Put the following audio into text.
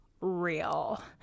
real